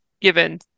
given